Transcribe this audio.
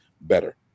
better